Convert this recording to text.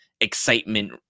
excitement